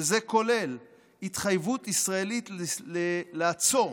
וזה כולל התחייבות ישראלית לעצור